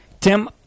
Tim